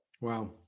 Wow